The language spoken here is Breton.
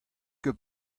ket